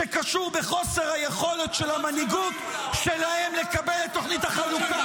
שקשור בחוסר היכולת של המנהיגות שלהם לקבל את תוכנית החלוקה